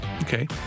Okay